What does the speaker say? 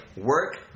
Work